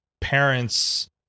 parents